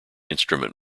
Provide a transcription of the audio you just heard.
instrument